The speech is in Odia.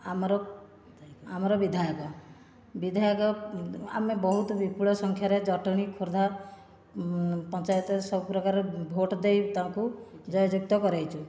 ଆମର ଆମର ବିଧାୟକ ବିଧାୟକ ଆମେ ବହୁତ ବିପୁଳ ସଂଖ୍ୟାରେ ଜଟଣୀ ଖୋର୍ଦ୍ଧା ପଞ୍ଚାୟତ ସବୁପ୍ରକାର ଭୋଟ ଦେଇ ତାଙ୍କୁ ଜୟଯୁକ୍ତ କରାଇଛୁ